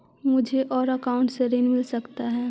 मुझे मेरे अकाउंट से ऋण मिल सकता है?